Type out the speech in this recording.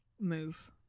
move